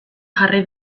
jarri